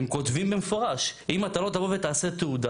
הם כותבים במפורש, אם אתה לא תבוא ותעשה תעודה,